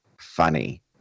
funny